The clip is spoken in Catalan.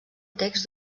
text